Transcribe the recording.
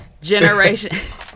Generation